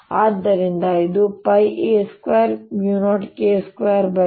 ಆದ್ದರಿಂದ ಇದು a20K22 ಆಗಿದೆ ಅದು ಸಂಗ್ರಹವಾಗಿರುವ ಶಕ್ತಿ